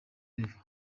level